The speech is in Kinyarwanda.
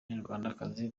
umunyarwandakazi